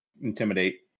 intimidate